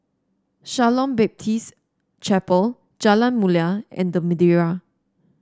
Shalom Baptist Chapel Jalan Mulia and The Madeira